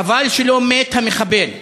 חבל שלא מת, המחבל.